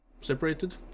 separated